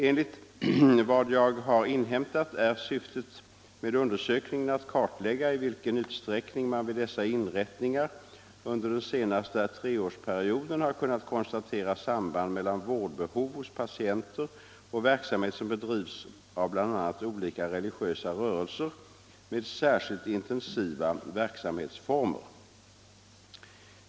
Enligt vad jag har inhämtat är syftet med undersökningen att kartlägga i vilken utsträckning man vid dessa inrättningar under den senaste treårsperioden har kunnat konstatera samband mellan vårdbehov hos patienter och verksamhet som bedrivs av bl.a. olika religiösa rörelser med särskilt intensiva verksamhetsformer.